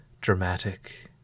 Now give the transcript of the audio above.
dramatic